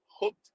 hooked